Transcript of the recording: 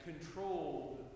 controlled